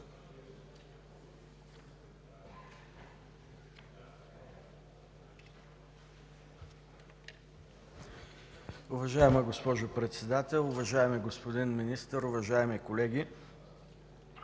Уважаема госпожо Председател, уважаеми господин Министър, уважаеми колеги!